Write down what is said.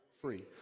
Free